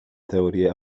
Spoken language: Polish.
teorię